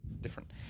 different